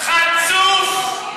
חצוף.